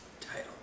title